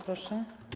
Proszę.